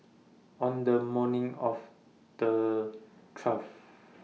on The morning of The twelfth